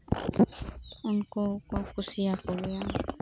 ᱩᱱᱠᱩ ᱠᱩ ᱠᱩᱥᱤᱭᱟᱠᱩ ᱜᱮᱭᱟ